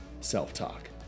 self-talk